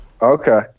Okay